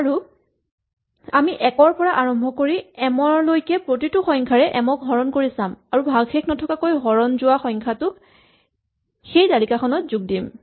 আৰু আমি ১ ৰ পৰা আৰম্ভ কৰি এম লৈকে প্ৰতিটো সংখ্যাৰে এম ক হৰণ কৰি চাম আৰু ভাগশেষ নথকাকৈ হৰণ যোৱা সংখ্যাটোক সেই তালিকাখনত যোগ দিম